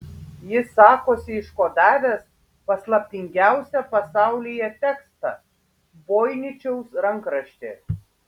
jis sakosi iškodavęs paslaptingiausią pasaulyje tekstą voiničiaus rankraštį